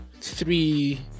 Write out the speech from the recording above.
three